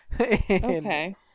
Okay